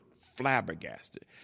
flabbergasted